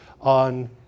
on